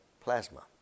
plasma